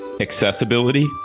accessibility